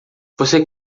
você